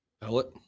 pellet